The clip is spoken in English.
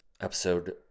episode